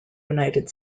united